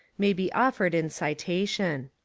may be offered in citation